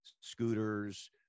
scooters